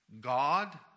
God